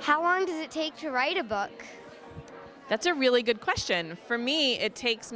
how long does it take to write a book that's a really good question for me it takes